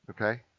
okay